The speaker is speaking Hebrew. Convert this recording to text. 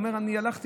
הוא אומר: אני הלכתי,